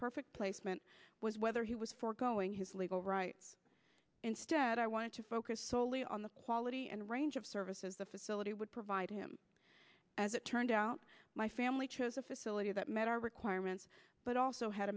perfect placement was whether he was forgoing his legal rights instead i wanted to focus solely on the quality and range of services the facility would provide him as it turned out my family chose a facility that met our requirements but also had